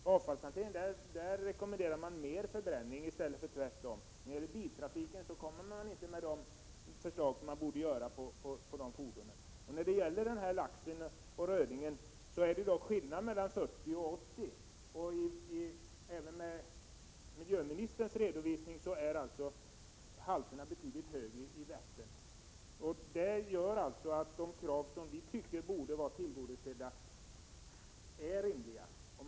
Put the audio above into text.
Beträffande avfallshanteringen rekommenderar man mer förbränning i stället för tvärtom. När det gäller biltrafiken kommer man inte med de förslag man borde framlägga. I fråga om lax och röding är det dock skillnad på 40 och 80 pikogram. Även enligt miljöministerns redovisning är alltså halterna betydligt högre i Vättern. Det gör att de krav som vi tycker man att borde tillgodose är rimliga.